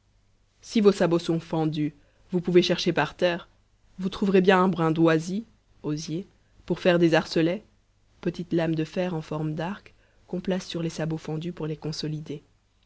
si vos sabots sont fendus vous pouvez chercher par terre vous trouverez bien un brin d'oisil osier pour faire des arcelets petites lames de fer en forme d'arcs qu'on place sur les sabots fendus pour les consolider